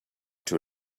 too